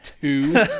two